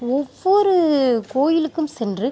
ஒவ்வொரு கோயிலுக்கும் சென்று